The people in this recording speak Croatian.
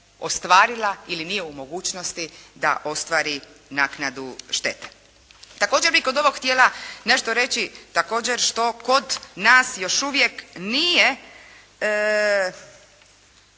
ostvarila ili nije u mogućnosti da ostvari naknadu štete. Također bih kod ovog htjela nešto reći također što kod nas još uvijek nije